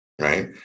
right